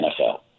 NFL